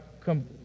come